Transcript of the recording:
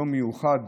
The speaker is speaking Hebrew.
יום מיוחד,